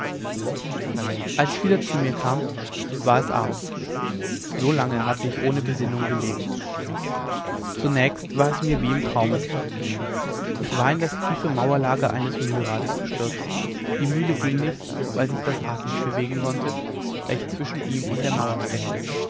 als ich wieder zu mir kam war es abend so lange hatte ich ohne besinnung gelegen zunächst war es mir wie im traume ich war in das tiefe mauerlager eines mühlrades gestürzt die mühle ging nicht weil sich das rad nicht bewegen konnte da ich zwischen ihm und der mauer steckte